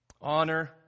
Honor